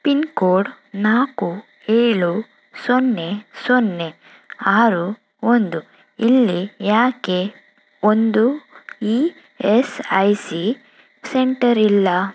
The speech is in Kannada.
ಪಿನ್ಕೋಡ್ ನಾಲ್ಕು ಏಳು ಸೊನ್ನೆ ಸೊನ್ನೆ ಆರು ಒಂದು ಇಲ್ಲಿ ಯಾಕೆ ಒಂದೂ E S I C centre ಇಲ್ಲ